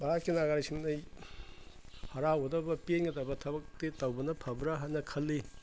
ꯚꯥꯔꯠꯀꯤ ꯅꯥꯒ꯭ꯔꯤꯛꯁꯤꯡꯅ ꯍꯔꯥꯎꯒꯗꯕ ꯄꯦꯟꯒꯗꯕ ꯊꯕꯛꯇꯤ ꯇꯧꯕꯅ ꯐꯥꯕ꯭ꯔꯥ ꯍꯥꯏꯅ ꯈꯜꯂꯤ